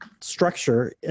structure